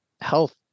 health